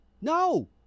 No